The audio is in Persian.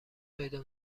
پیدا